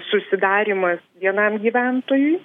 susidarymas vienam gyventojui